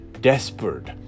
desperate